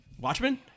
Watchmen